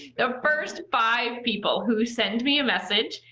the first five people who send me a message,